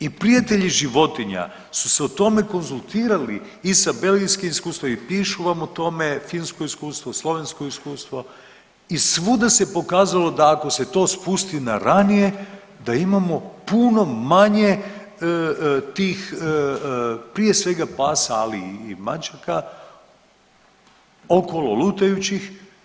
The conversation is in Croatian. I prijatelji životinja su se o tome konzultirali i sa belgijskim iskustvom i pišu vam o tome, finsko iskustvo, slovensko iskustvo i svuda se pokazalo da ako se to spusti na ranije da imamo puno manje tih prije svega pasa, ali i mačaka okolo lutajućih.